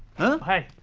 huh? hey,